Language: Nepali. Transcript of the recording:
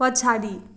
पछाडि